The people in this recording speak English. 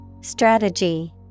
Strategy